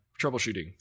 troubleshooting